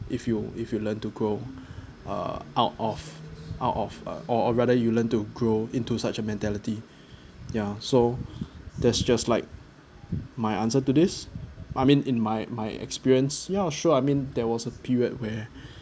if you if you learn to grow uh are out of out of uh or or rather you learn to grow into such a mentality ya so that's just like my answer to this I mean in my my experience ya sure I mean there was a period where